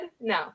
No